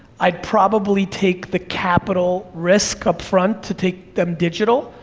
i'd probably take the capital risk up front to take them digital,